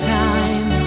time